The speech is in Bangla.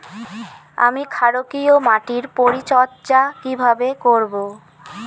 আমি ক্ষারকীয় মাটির পরিচর্যা কিভাবে করব?